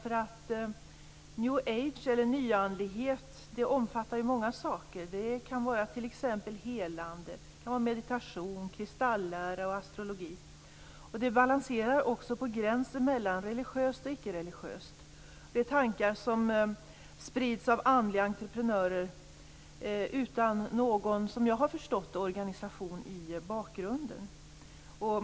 Fru talman! Vi rör oss inom ett område som är besvärligt. New age, nyandlighet, omfattar många saker. Det kan t.ex. vara helande, meditation, kristallära och astrologi. Det balanserar på gränsen mellan religiöst och icke-religiöst. Det är tankar som sprids av andliga entreprenörer utan någon, som jag har förstått, organisation i bakgrunden.